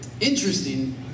Interesting